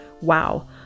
Wow